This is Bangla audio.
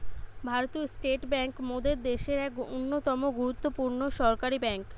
ভারতীয় স্টেট বেঙ্ক মোদের দ্যাশের এক অন্যতম গুরুত্বপূর্ণ সরকারি বেঙ্ক